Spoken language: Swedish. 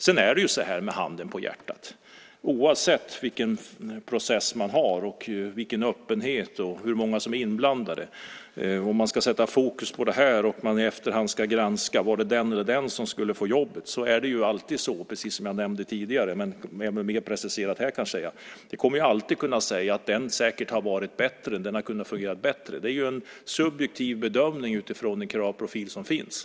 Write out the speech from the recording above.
Sedan är det, handen på hjärtat, så här. Oavsett vilken process man har, vilken öppenhet man har och hur många som är inblandade och om man ska sätta fokus på det här och man i efterhand ska granska om det var den eller den som borde ha fått jobbet, är det alltid så, precis som jag nämnde tidigare - men jag kan säga det mer preciserat här: Man kommer alltid att kunna säga att någon annan säkert hade varit bättre eller hade fungerat bättre. Det är ju en subjektiv bedömning utifrån den kravprofil som finns.